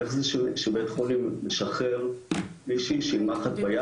איך זה שבית חולים משחרר מישהי עם מחט ביד